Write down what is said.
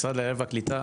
משרד העלייה והקליטה,